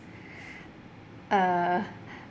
uh